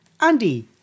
Andy